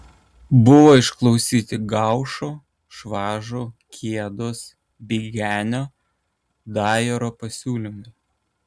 buvo išklausyti gaušo švažo kiedos bigenio dajoro pasiūlymai